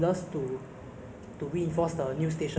so basically the food store is no longer there lah